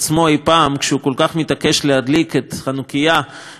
כשהוא כל כך מתעקש להדליק את החנוכייה בבית הלבן,